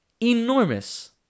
enormous